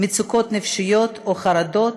מצוקות נפשיות או חרדות,